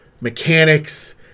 mechanics